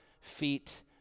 feet